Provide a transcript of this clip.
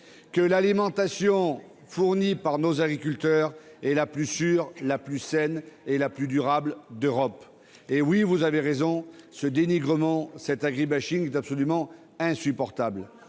l'alimentation fournie par nos agriculteurs est la plus sûre, la plus saine et la plus durable d'Europe. Monsieur Cabanel, vous avez raison, ce dénigrement, cet agri-bashing, est totalement insupportable,